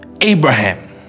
Abraham